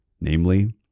namely